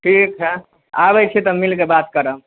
ठीक हए आबै छी तऽ मिलके बात करब